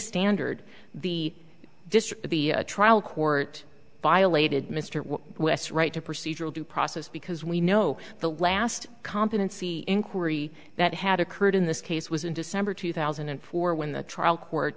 standard the district the trial court violated mr west right to procedural due process because we know the last competency inquiry that had occurred in this case was in december two thousand and four when the trial court